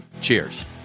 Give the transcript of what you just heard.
Cheers